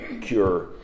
cure